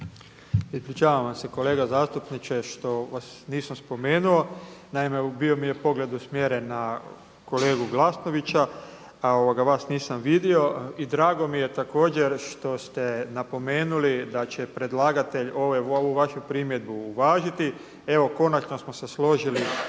Ispričavam vam se kolega zastupniče što vas nisam spomenuo. Naime, bio mi je pogled usmjeren na kolegu Glasnovića, a vas nisam vidio. I drago mi je također što ste napomenuli da će predlagatelj ovu vašu primjedbu uvažiti. Evo konačno smo se složili